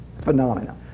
phenomena